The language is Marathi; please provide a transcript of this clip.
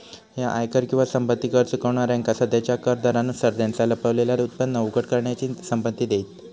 ह्या आयकर किंवा संपत्ती कर चुकवणाऱ्यांका सध्याच्या कर दरांनुसार त्यांचा लपलेला उत्पन्न उघड करण्याची संमती देईत